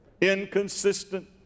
inconsistent